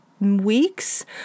weeks